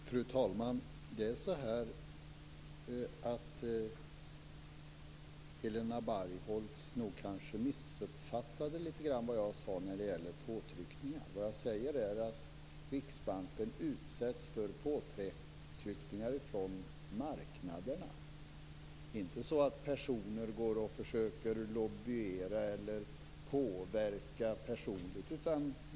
Fru talman! Helena Bargholtz kanske missuppfattade vad jag sade om påtryckningar. Riksbanken utsätts för påtryckningar från marknaderna. Det är inte så att personer försöker utöva lobbying eller personligen påverka.